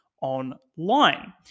online